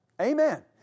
Amen